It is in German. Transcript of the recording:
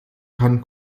kann